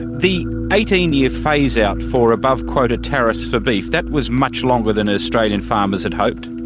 the eighteen year phase-out for above-quota tariffs for beef, that was much longer than australian farmers had hoped.